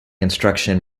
instruction